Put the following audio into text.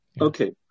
Okay